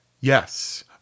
Yes